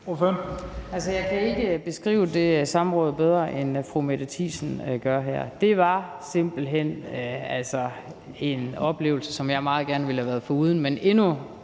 Jeg kan ikke beskrive det samråd bedre, end fru Mette Thiesen gør her. Det var altså simpelt hen en oplevelse, som jeg meget gerne ville have været foruden,